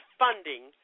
funding